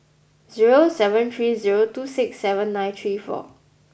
zero seven three zero two six seven nine three four